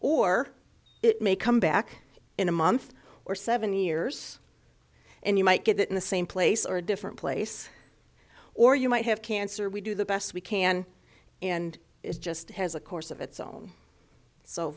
or it may come back in a month or seven years and you might get it in the same place or a different place or you might have cancer we do the best we can and it just has a course of its own so